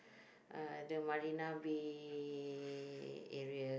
uh the Marina-Bay area